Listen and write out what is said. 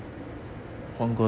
hmm